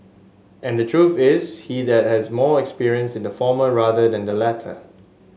and the truth is he that has more experience in the former rather than the latter